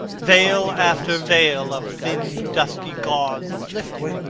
veil after veil of thin dusky gauze is lifted,